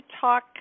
talk